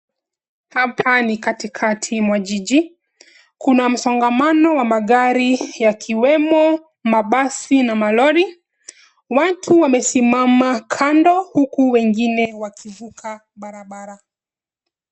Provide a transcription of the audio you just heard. Hapa ni katikati mwa jiji. Kuna msongamano wa magari yakiwemo mabasi na malori. Watu wamesimama kando huku wengine wakivuka barabara.